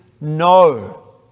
no